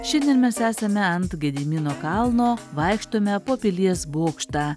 šiandien mes esame ant gedimino kalno vaikštome po pilies bokštą